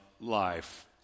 life